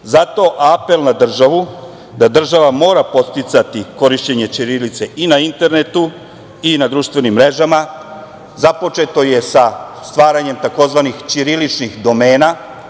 apel na državu da država mora podsticati korišćenje ćirilice i na internetu i na društvenim mrežama, započeto je sa stvaranjem tzv. ćiriličnih domena,